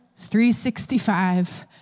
365